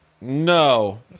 no